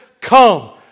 come